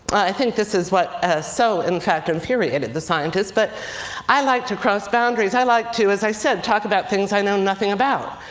i think this is what so, in fact, infuriated the scientists. but i like to cross boundaries. i like to, as i said, talk about things i know nothing about.